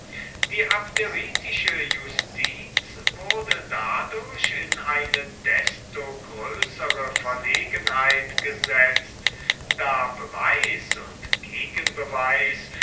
die abderitische justiz wurde dadurch in eine desto größere verlegenheit gesetzt da beweis und